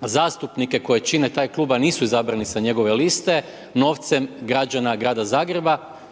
zastupnike koji čine taj klub a nisu izabrani sa njegove liste novcem građana grada Zagreba